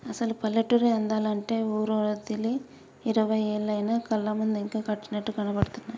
అసలు పల్లెటూరి అందాలు అంటే ఊరోదిలి ఇరవై ఏళ్లయినా కళ్ళ ముందు ఇంకా కట్టినట్లు కనబడుతున్నాయి